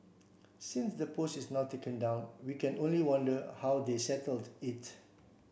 since the post is now taken down we can only wonder how they settled it